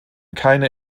keine